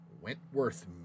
Wentworth